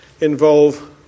involve